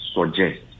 suggest